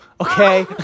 Okay